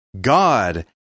God